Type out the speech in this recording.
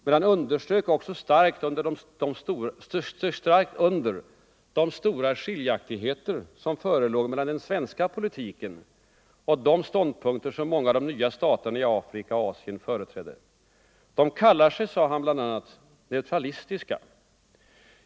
Men han strök också starkt under de stora skiljaktigheter som förelåg mellan den svenska politiken och de ståndpunkter som många av de nya staterna i Afrika och Asien företrädde. De kallar sig, sade han bl.a., ”neutralistiska”.